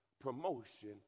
promotion